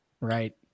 Right